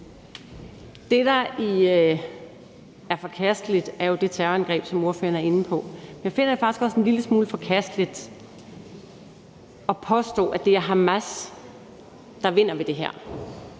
Det, der er forkasteligt, er det terrorangreb, som ordføreren er inde på. Jeg finder det faktisk også en lille smule forkasteligt at påstå, at det er Hamas, der vinder ved det her.